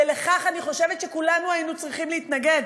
ולכך אני חושבת שכולנו היינו צריכים להתנגד.